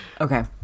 Okay